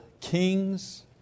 Kings